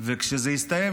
וכשזה הסתיים,